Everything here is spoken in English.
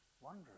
Wonder